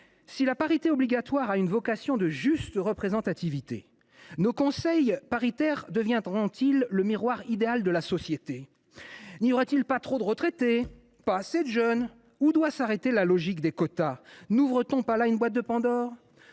si la parité obligatoire a une vocation de juste représentativité, nos conseils paritaires deviendront ils le miroir idéal de la société ? N’y aurait il pas trop de retraités ? Pas assez de jeunes ? Où doit s’arrêter la logique des quotas ? N’ouvre t on pas la boîte de Pandore ?